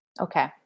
Okay